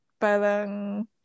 palang